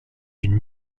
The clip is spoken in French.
d’une